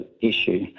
issue